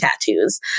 tattoos